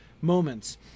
moments